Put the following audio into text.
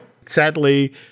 Sadly